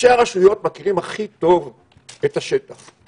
ראשי הרשויות מכירים הכי טוב את השטח.